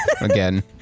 again